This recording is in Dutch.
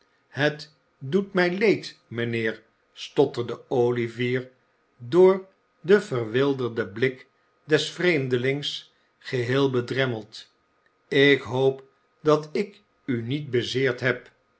het doet mij leed mijnheer stotterde olivier door den verwilderden blik des vreemdelings geheel bedremmeld ik hoop dat ik u niet bezeerd heb